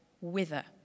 wither